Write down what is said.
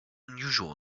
unusual